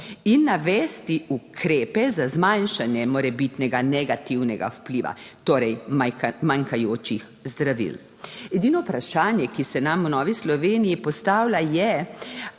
in navesti ukrepe za zmanjšanje morebitnega negativnega vpliva, torej manjkajočih zdravil. Edino vprašanje, ki se nam v Novi Sloveniji postavlja, je,